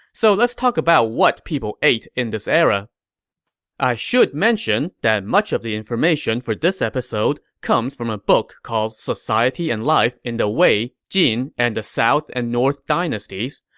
so let's talk about what people ate in this era i should mention that much of the information for this episode comes from a book called society and life in the wei, jin, and the south and north dynasties.